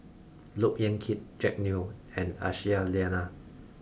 look Yan Kit Jack Neo and Aisyah Lyana